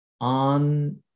on